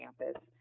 campus